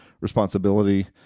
responsibility